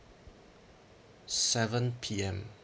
seven P_M